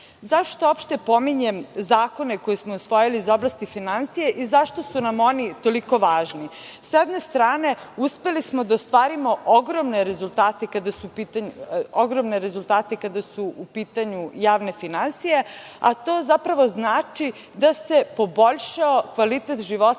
uopšte pominjem zakone koje smo usvojili iz oblasti finansija i zašto su nam oni toliko važni? S jedne strane, uspeli smo da ostvarimo ogromne rezultate kada su u pitanju javne finansije, a to zapravo znači da se poboljšao kvalitet života